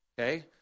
okay